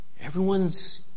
Everyone's